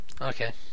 Okay